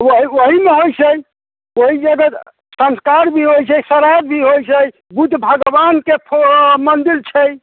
ओहि ओहिमे होइत छै ओहि जगह संस्कार भी होइत छै श्राद्ध भी होइत छै बुध भगवानके फो मन्दिर छै